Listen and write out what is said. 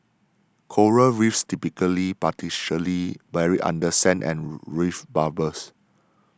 coral Reefs typically partially buried under sand and reef bubbles